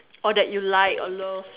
or that you like or love